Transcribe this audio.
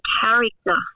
character